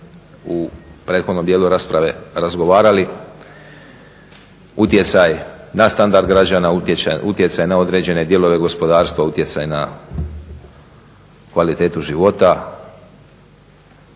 u prethodnom dijelu rasprave razgovarali utjecaj na standard građana, utjecaj na određene dijelove gospodarstva, utjecaj na kvalitetu života.